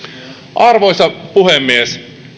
arvoisa puhemies